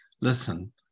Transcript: listen